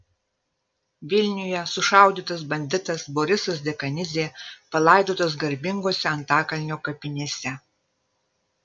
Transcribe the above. vilniuje sušaudytas banditas borisas dekanidzė palaidotas garbingose antakalnio kapinėse